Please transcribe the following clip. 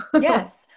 Yes